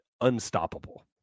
Unstoppable